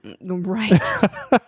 Right